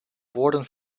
woorden